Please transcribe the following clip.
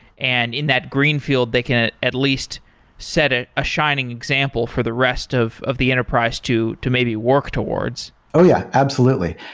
and in that greenf ield, they can at at least set a ah shining example for the rest of of the enterprise to to maybe work towards. oh, yeah. absolutely.